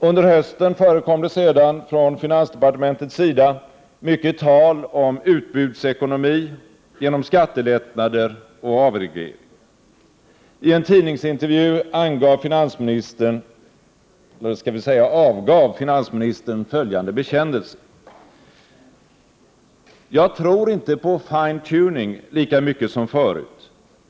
Under hösten förekom det sedan från finansdepartementets sida mycket tal om utbudsekonomi genom skattelättnader och avreglering. I en tidningsintervju avgav finansministern följande bekännelse: ”Jag tror inte på "fine tuning” lika mycket som förut ...